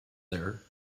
there